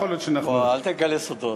יכול להיות, או, אל תגלה סודות.